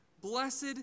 Blessed